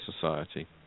Society